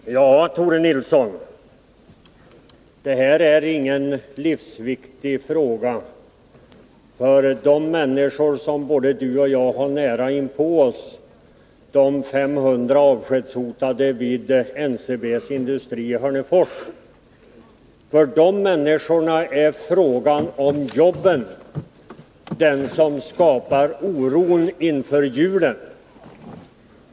Herr talman! Ja, Tore Nilsson, det här är ingen livsviktig fråga för de människor som vi båda har nära inpå oss, de 500 avskedshotade vid NCB:s industri i Hörnefors. För de människorna är frågan om jobben den som skapar oron inför julen.